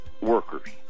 workers